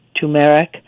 turmeric